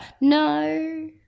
No